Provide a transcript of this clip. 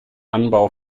anbau